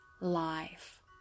life